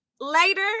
later